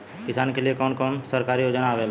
किसान के लिए कवन कवन सरकारी योजना आवेला?